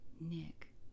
Nick